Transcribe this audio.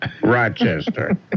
Rochester